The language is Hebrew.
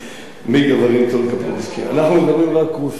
(אומר משפט בשפה הרוסית.) אנחנו מדברים רק רוסית.